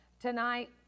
tonight